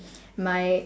my